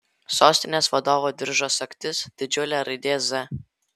sostinės vadovo diržo sagtis didžiulė raidė z